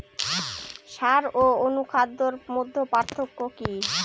সার ও অনুখাদ্যের মধ্যে পার্থক্য কি?